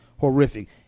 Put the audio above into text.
horrific